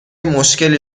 مشکلی